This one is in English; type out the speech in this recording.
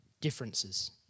differences